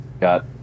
got